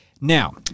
Now